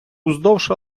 уздовж